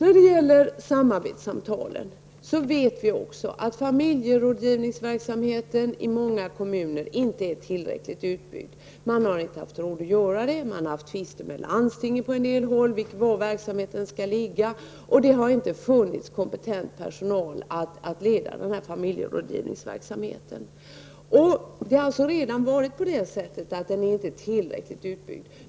I fråga om samarbetssamtalen vet vi också att familjerådgivningsverksamheten i många kommuner inte är tillräckligt utbyggd. Man har inte haft råd att bedriva den, på en del håll har det uppstått tvister med landstinget om var verksamheten skall ligga osv. Det har inte heller funnits kompetent personal att leda familjerådgivningsverksamheten. Den har alltså inte varit tillräckligt utbyggd.